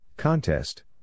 Contest